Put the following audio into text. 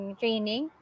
training